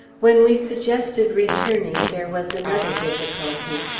when we suggested returning, there was another difficulty.